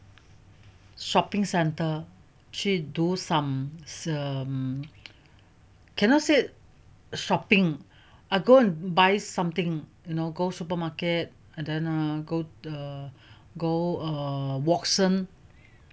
shopping centre 去 do some ser~ cannot say shopping I go and buy something you know go supermarket and then err go~ go err watsons